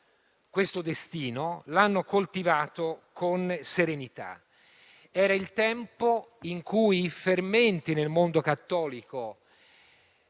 questo destino, ma l'hanno coltivato con serenità. Era il tempo in cui i fermenti nel mondo cattolico